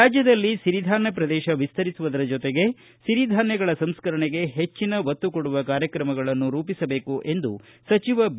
ರಾಜ್ಯದಲ್ಲಿ ಸಿರಿಧಾನ್ಯ ಪ್ರದೇಶ ವಿಸ್ತರಿಸುವ ಜೊತೆಗೆ ಸಿರಿಧಾನ್ಯಗಳ ಸಂಸ್ಕರಣೆಗೆ ಹೆಚ್ಚಿನ ಒತ್ತು ಕೊಡುವ ಕಾರ್ಯಕ್ರಮಗಳನ್ನು ರೂಪಿಸಬೇಕು ಎಂದು ಸಚಿವ ಬಿ